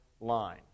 line